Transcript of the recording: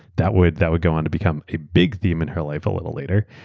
that would that would go on to become a big theme in her life a little later.